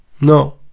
No